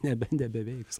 nebe nebeveiks